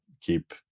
keep